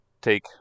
take